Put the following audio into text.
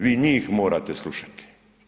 Vi njih morate slušati.